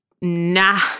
nah